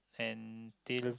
and till